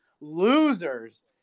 losers